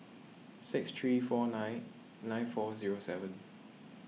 six three four nine nine four zero seven